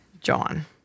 John